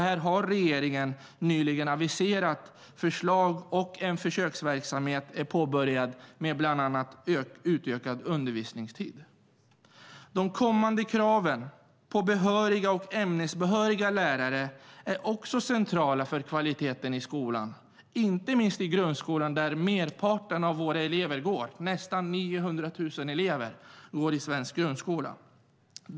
Här har regeringen nyligen aviserat förslag. Och en försöksverksamhet är påbörjad med bland annat utökad undervisningstid. De kommande kraven på behöriga och ämnesbehöriga lärare är också centrala för kvaliteten i skolan, inte minst i grundskolan där merparten av våra elever går. Nästan 900 000 elever går i svensk grundskola.